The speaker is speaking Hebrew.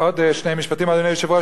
עוד שני משפטים, אדוני היושב-ראש.